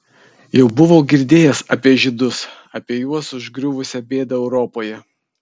jau buvo girdėjęs apie žydus apie juos užgriuvusią bėdą europoje